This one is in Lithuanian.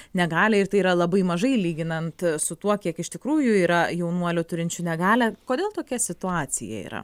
negalią ir tai yra labai mažai lyginant su tuo kiek iš tikrųjų yra jaunuolių turinčių negalią kodėl tokia situacija yra